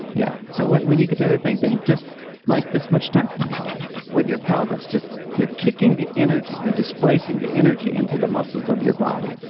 yeah. so, when you could do the thing, then just like this much time. with your pelvis, just you're kicking the energy. you're displacing the energy into the muscles of your body.